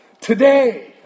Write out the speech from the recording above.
today